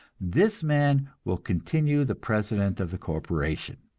this man will continue the president of the corporation,